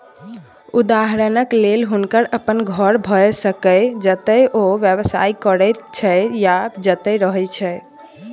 उदहारणक लेल हुनकर अपन घर भए सकैए जतय ओ व्यवसाय करैत छै या जतय रहय छै